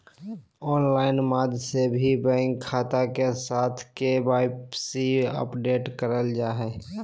online माध्यम से भी बैंक खाता के साथ के.वाई.सी अपडेट करल जा हय